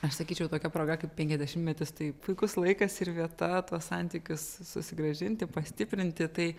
aš sakyčiau tokia proga kaip penkiasdešimtmetis tai puikus laikas ir vieta tuos santykius susigrąžinti pastiprinti tai